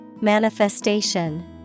Manifestation